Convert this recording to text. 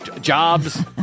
Jobs